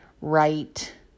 right